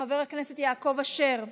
חבר הכנסת יעקב אשר,